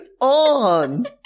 on